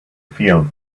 field